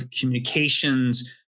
communications